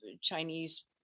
Chinese